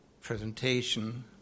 presentation